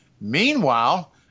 Meanwhile